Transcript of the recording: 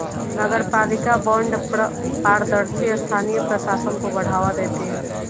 नगरपालिका बॉन्ड पारदर्शी स्थानीय प्रशासन को बढ़ावा देते हैं